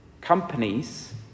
companies